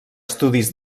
estudis